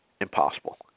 Impossible